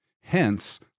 Hence